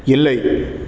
இல்லை